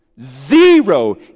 zero